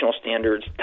Standards